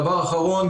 והדבר האחרון,